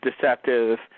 deceptive